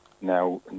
now